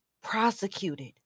prosecuted